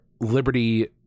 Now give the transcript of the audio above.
Liberty